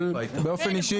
באופן אישי,